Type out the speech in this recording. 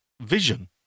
vision